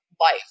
life